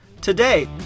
today